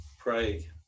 pray